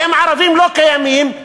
ואם ערבים לא קיימים,